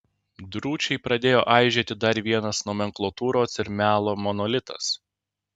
drūčiai pradėjo aižėti dar vienas nomenklatūros ir melo monolitas